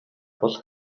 бол